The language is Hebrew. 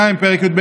2. פרק י"ב,